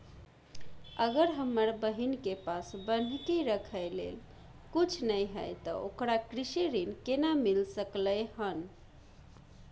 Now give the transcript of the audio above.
अगर हमर बहिन के पास बन्हकी रखय लेल कुछ नय हय त ओकरा कृषि ऋण केना मिल सकलय हन?